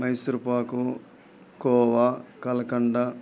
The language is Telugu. మైసూర్పాకు కోవా కలకండ